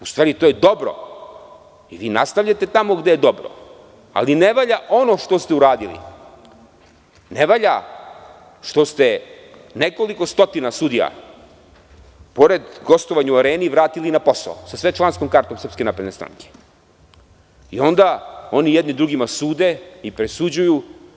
U stvari, to je dobro i vi nastavljate tamo gde je dobro, ali ne valja ono što ste uradili, ne valja što ste nekoliko stotina sudija, pored gostovanja u Areni vratili na posao sa sve članskom karte SNS i onda oni jedni drugima sude i presuđuju.